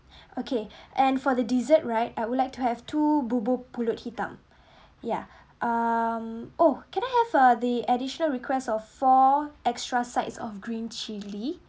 okay and for the dessert right I would like to have two bubur pulut hitam yeah um oh can I have a the additional requests of four extra sides of green chili